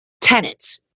tenants